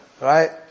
right